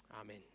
Amen